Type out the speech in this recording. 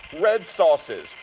red sauces,